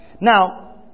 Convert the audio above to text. Now